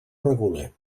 regula